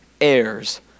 heirs